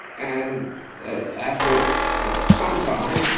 and after ah sometime, but